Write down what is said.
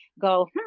go